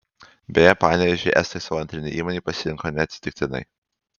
beje panevėžį estai savo antrinei įmonei pasirinko neatsitiktinai